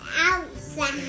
outside